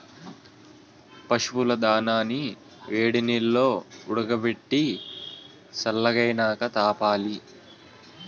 పశువుల దానాని వేడినీల్లో ఉడకబెట్టి సల్లగైనాక తాపాలి